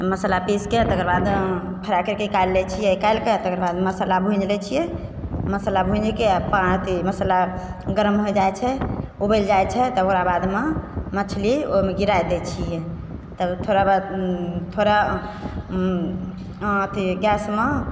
मसल्ला पीसके तकर बाद फ्राइ करिके निकालि लै छियै निकालिके तकर बाद मसल्ला भूजि लै छियै मसल्ला भूजिके अथी मसल्ला गरम हो जाइ छै उबलि जाइ छै तकरा बादमे मछली ओइमे गिराय दै छियै तब थोड़ा थोड़ा अथी गैसमे